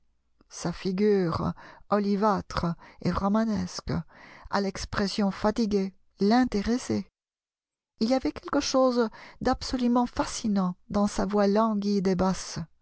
sa figure olivâtre et romanesque à l'expression fatiguée l'intéressait il y avait quelque chose d'absolument fascinant dans sa voix languide et basse